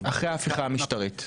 אחרי ההפיכה המשטרית.